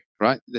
right